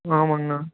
ஆமாங்கண்ணா